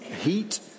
heat